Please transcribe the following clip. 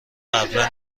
قبلا